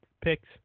picks